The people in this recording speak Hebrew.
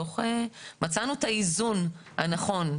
מצאנו את האיזון הנכון.